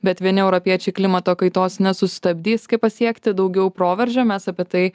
bet vieni europiečiai klimato kaitos nesustabdys kaip pasiekti daugiau proveržio mes apie tai